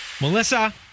Melissa